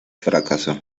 fracasó